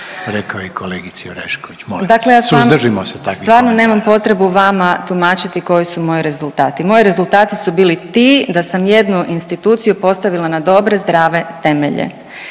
imenom i prezimenom)** Dakle ja stvarno, stvarno nemam potrebu vama tumačiti koji su moji rezultati, moji rezultati su bili ti da sam jednu instituciju postavila na dobre zdrave temelje